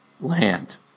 land